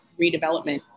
redevelopment